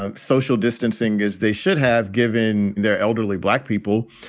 um social distancing as they should have given their elderly black people.